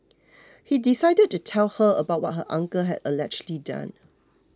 he decided to tell her about what her uncle had allegedly done